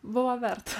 buvo verta